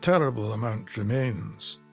terrible amount remains.